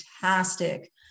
fantastic